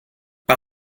par